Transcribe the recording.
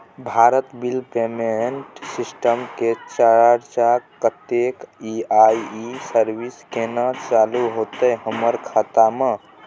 Bharat bill payment system के charge कत्ते इ आ इ सर्विस केना चालू होतै हमर खाता म?